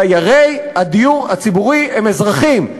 דיירי הדיור הציבורי הם אזרחים.